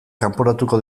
kanporatuko